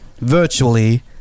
virtually